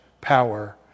power